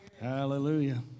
Hallelujah